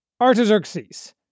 Artaxerxes